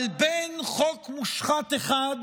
אבל בין חוק מושחת אחד